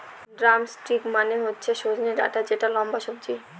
drumstick মানে হচ্ছে সজনে ডাটা যেটা লম্বা সবজি